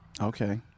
Okay